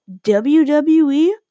WWE